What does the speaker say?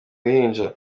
uruhinja